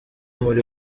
muri